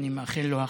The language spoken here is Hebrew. אצלנו זה